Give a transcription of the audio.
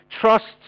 trusts